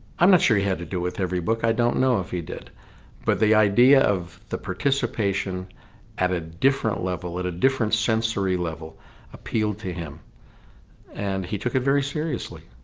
i'm not sure he had to do with every book i don't know if he did but the idea of the participation at a different level, at a different sensory level appealed to him and he took it very seriously.